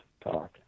Talk